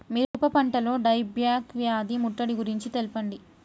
మిరప పంటలో dieback వ్యాధి ముట్టడి గురించి తెల్పండి?